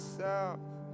south